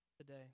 today